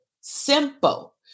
simple